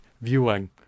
viewing